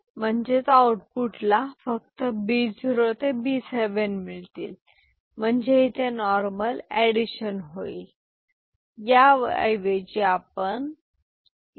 output A B म्हणजेच output ला B0 B7 मिळतील म्हणजे इथे नॉर्मल एडिशन होईल If SUB 1 then C 1 1 Ex OR gate output Bi ⊕ 1 Bi' F